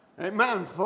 Amen